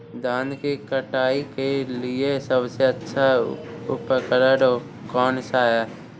धान की कटाई के लिए सबसे अच्छा उपकरण कौन सा है?